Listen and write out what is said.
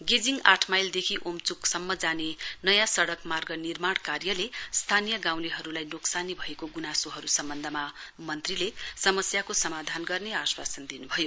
गेजिङ आठ माइलदेखि ओमचुङ सम्म जाने नयाँ सडक मार्ग निर्माण कार्यले स्थानीय गाँउलेहरुलाई नोक्सानी भएको गुनासोहरु सम्बन्धमा मन्त्रीले समस्याको समाधान गर्ने आश्वासन दिनु भयो